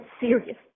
serious